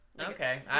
Okay